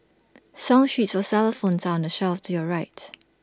song sheets for xylophones are on the shelf to your right